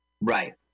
Right